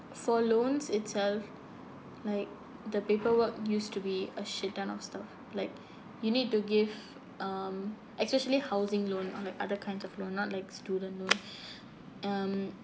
for loans itself like the paperwork used to be a shit ton of stuff like you need to give um especially housing loan or like other kinds of loan not like student loan um